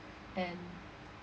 and